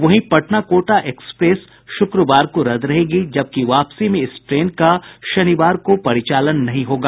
वहीं पटना कोटा एक्सप्रेस शुक्रवार को रद्द रहेगी जबकि वापसी में इस ट्रेन का शनिवार को परिचालन नहीं होगा